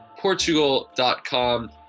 Portugal.com